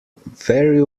very